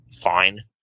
fine